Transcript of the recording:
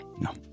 No